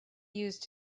used